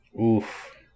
Oof